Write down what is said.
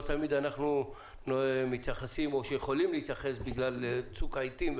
לא תמיד אנחנו מתייחסים או יכולים להתייחס בגלל צוק העיתים והזמנים.